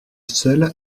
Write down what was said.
seule